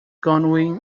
goodwin